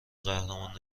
قهرمان